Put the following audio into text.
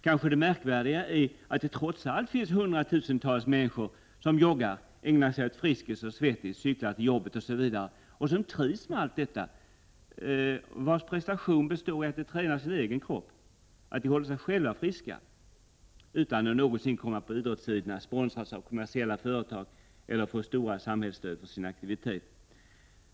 Kanske det märkvärdiga är att det trots allt finns hundratusentals människor som joggar, ägnar sig åt Friskis och Svettis, cyklar till jobbet osv., som trivs med allt detta och vilkas prestation består i att de tränar sin egen kropp, att de håller sig själva friska utan att någonsin komma på idrottssidorna, sponsras av kommersiella företag eller få stora samhällsstöd för sin aktivitet.